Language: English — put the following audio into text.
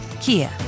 Kia